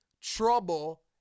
trouble